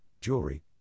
jewelry